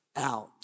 out